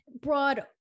broad